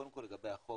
קודם כל לגבי החוק,